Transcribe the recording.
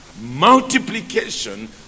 Multiplication